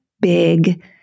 big